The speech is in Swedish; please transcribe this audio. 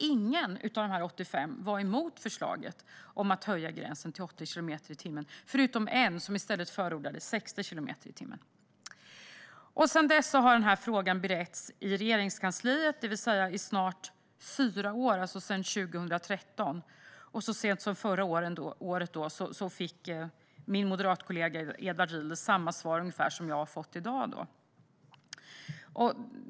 Ingen av de 85 var emot förslaget om att höja gränsen till 80 kilometer i timmen, förutom en som i stället förordade 60 kilometer i timmen. Sedan dess, 2013, har frågan beretts i Regeringskansliet, det vill säga i snart fyra år. Så sent som förra året fick min moderatkollega Edward Riedl ungefär samma svar som jag har fått i dag.